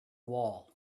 wall